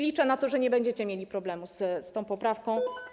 Liczę na to, że nie będziecie mieli problemu z tą poprawką.